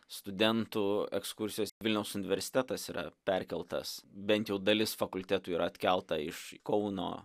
studentų ekskursijos vilniaus universitetas yra perkeltas bent jau dalis fakultetų yra atkelta iš kauno